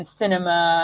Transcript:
cinema